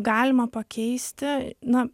galima pakeisti na